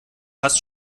fast